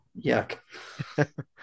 Yuck